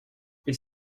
ils